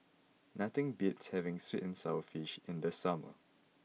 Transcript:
nothing beats having Sweet and Sour Fish in the summer